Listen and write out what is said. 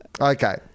Okay